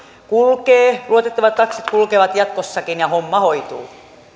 kulkee luotettavat taksit kulkevat jatkossakin ja homma hoituu